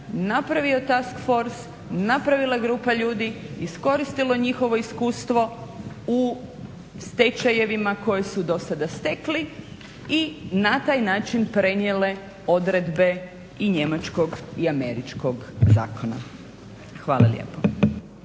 napravio task force napravila grupa ljudi, iskoristilo njihovo iskustvo u stečajevima koje su do sada stekli i na taj način prenijele odredbe i njemačkog i američkog zakona. Hvala lijepo.